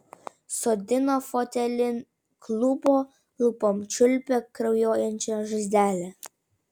sodino fotelin klupo lūpom čiulpė kraujuojančią žaizdelę